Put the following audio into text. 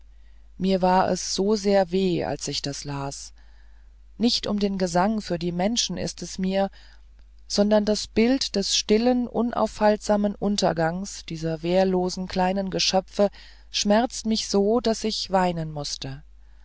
mir war es so sehr weh als ich das las nicht um den gesang für die menschen ist es mir sondern das bild des stillen unaufhaltsamen untergangs dieser wehrlosen kleinen geschöpfe schmerzt mich so daß ich weinen mußte